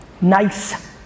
Nice